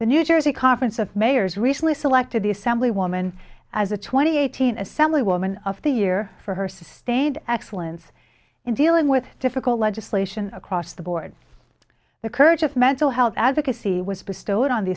the new jersey conference of mayors recently selected the assemblywoman as a twenty eighteen assemblywoman of the year for her sustained excellence in dealing with difficult legislation across the board the courage of mental health advocacy was bestowed on the